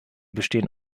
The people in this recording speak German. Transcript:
bestehen